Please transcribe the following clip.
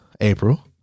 April